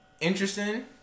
interesting